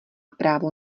právo